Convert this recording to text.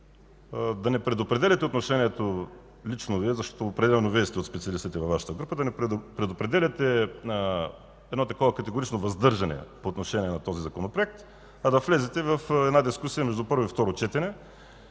да не предопределяте лично Вие, защото определено Вие сте от специалистите във Вашата група, едно такова категорично въздържане по отношение на този законопроект, а да влезете в дискусия между първо и второ четене